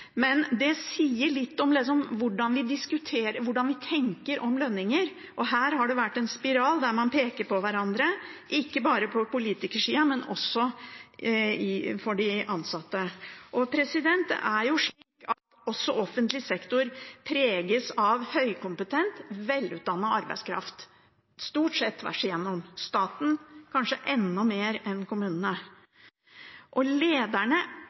det sier litt om hvordan vi tenker om lønninger, og her har det vært en spiral der man peker på hverandre, ikke bare på politikersiden, men også når det gjelder de ansatte. Også offentlig sektor preges av høykompetent, velutdannet arbeidskraft, stort sett tvers igjennom – og staten kanskje enda mer enn kommunene. Og lederne